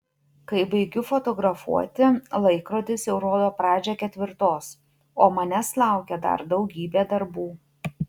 kai baigiu fotografuoti laikrodis jau rodo pradžią ketvirtos o manęs laukia dar daugybė darbų